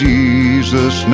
Jesus